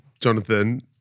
Jonathan